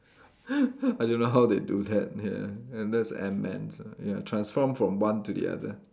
I don't know how they do that ya and that's ant man ya transform from one to the other